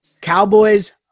Cowboys